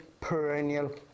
perennial